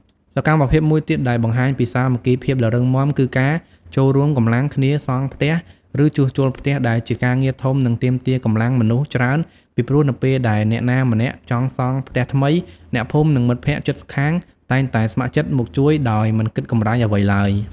សកម្មភាពមួយទៀតដែលបង្ហាញពីសាមគ្គីភាពដ៏រឹងមាំគឺការចូលរួមកម្លាំងគ្នាសង់ផ្ទះឬជួសជុលផ្ទះដែលជាការងារធំនិងទាមទារកម្លាំងមនុស្សច្រើនពីព្រោះនៅពេលដែលអ្នកណាម្នាក់ចង់សង់ផ្ទះថ្មី អ្នកភូមិនិងមិត្តភក្តិជិតខាងតែងតែស្ម័គ្រចិត្តមកជួយដោយមិនគិតកម្រៃអ្វីឡើយ។